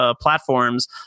platforms